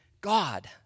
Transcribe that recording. God